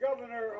governor